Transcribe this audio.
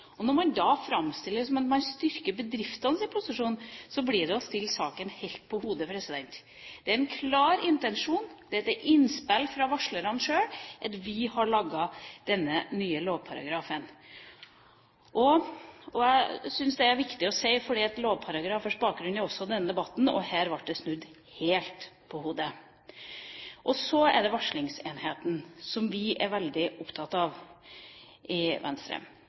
blir det å stille saken helt på hodet. Det er en klar intensjon, og det er etter innspill fra varslerne sjøl at vi har laget denne nye lovparagrafen. Jeg syns det er viktig å si det, for lovparagrafers bakgrunn er også med i denne debatten, og her ble det snudd helt på hodet. Så er det varslerenheten, som vi er veldig opptatt av i Venstre.